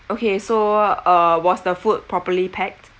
okay so uh was the food properly packed